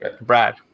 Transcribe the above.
Brad